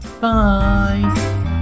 bye